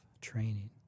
training